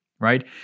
right